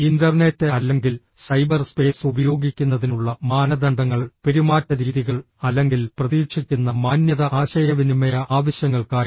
internet അല്ലെങ്കിൽ cyber space ഉപയോഗിക്കുന്നതിനുള്ള മാനദണ്ഡങ്ങൾ പെരുമാറ്റ രീതികൾ അല്ലെങ്കിൽ പ്രതീക്ഷിക്കുന്ന മാന്യത ആശയവിനിമയ ആവശ്യങ്ങൾക്കായി